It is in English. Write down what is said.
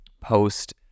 post